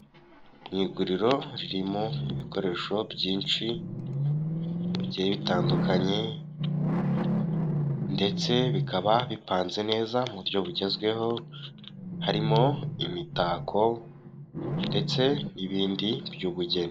Mu iguriro ririmo ibikoresho byinshi bigiye bitandukanye, ndetse bikaba bipanze neza mu buryo bugezweho harimo imitako ndetse n'ibindi by'ubugeni.